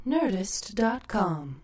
Nerdist.com